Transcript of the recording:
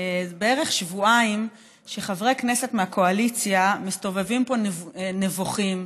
זה בערך שבועיים שחברי הכנסת מהקואליציה מסתובבים פה נבוכים,